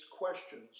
questions